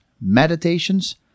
meditations